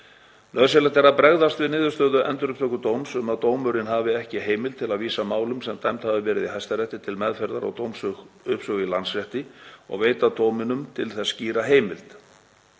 Nauðsynlegt er að bregðast við niðurstöðu Endurupptökudóms um að dómurinn hafi ekki heimild til að vísa málum sem dæmd hafa verið í Hæstarétti til meðferðar og dómsuppsögu í Landsrétti og veita dóminum til þess skýra heimild.